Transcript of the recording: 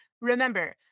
remember